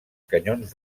canyons